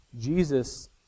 Jesus